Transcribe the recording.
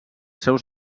seus